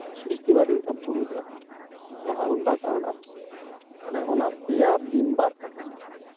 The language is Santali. ᱡᱚᱛᱚ ᱦᱚᱲ ᱠᱚ ᱢᱤᱫᱚᱜᱼᱟ ᱚᱱᱟ ᱦᱚᱸᱵᱚᱱ ᱵᱟᱛᱟᱣ ᱮᱫᱟ ᱛᱟᱦᱚᱞᱮ ᱚᱱᱟ ᱯᱮᱭᱟ ᱫᱤᱱ ᱵᱟᱫ ᱠᱟᱛᱮᱫ